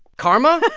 karma.